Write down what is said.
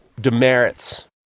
demerits